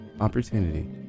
Opportunity